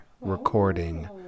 recording